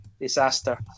disaster